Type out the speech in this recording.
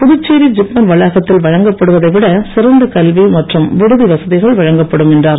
புதுச்சேரி ஜிப்மர் வளாகத்தில் வழங்கப்படுவதை விட சிறந்த கல்வி மற்றும் விடுதி வசதிகள் வழங்கப்படும் என்றார்